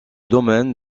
domaine